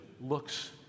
looks